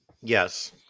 Yes